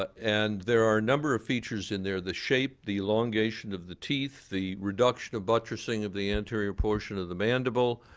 and there are a number of features in there, the shape, the elongation of the teeth, the reduction of buttressing of the anterior portion of the mandible,